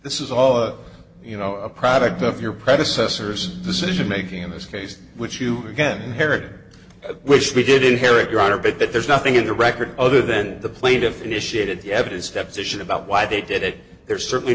this is all you know a product of your predecessors decision making in this case which you are again haired wish we didn't hear it your honor but that there's nothing in the record other than the plaintiff initiated the evidence deposition about why they did it there's certainly